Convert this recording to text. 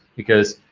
because